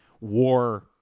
war